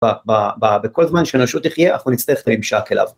‫בכל זמן שאנושות יחיה, ‫אנחנו נצטרך ממשק אליו.